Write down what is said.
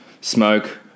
smoke